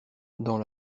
dans